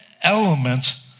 Elements